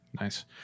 Nice